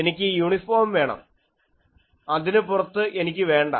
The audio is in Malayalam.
എനിക്ക് യൂണിഫോം വേണം അതിനു പുറത്ത് എനിക്ക് വേണ്ട